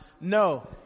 No